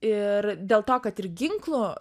ir dėl to kad ir ginklų